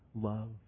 love